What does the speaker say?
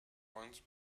once